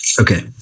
Okay